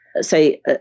say